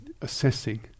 assessing